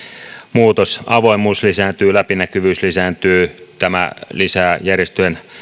muutos avoimuus lisääntyy läpinäkyvyys lisääntyy tämä lisää järjestöjen